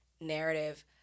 narrative